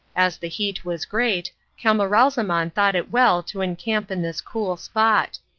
as the heat was great, camaralzaman thought it well to encamp in this cool spot.